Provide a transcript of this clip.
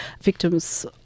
Victims